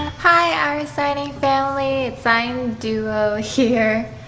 hi our signing family! it's sign duo here!